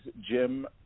Jim